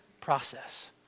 process